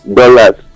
dollars